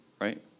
right